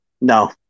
No